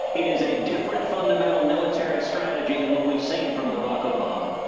it is a different, fundamental military strategy than what we've seen from barack obama.